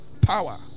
power